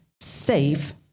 safe